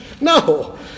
no